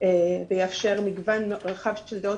ויאפשר מגוון רחב של דעות,